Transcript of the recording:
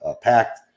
Pact